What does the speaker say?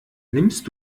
nimmst